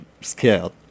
scared